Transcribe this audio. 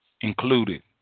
included